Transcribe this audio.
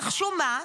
נחשו מה.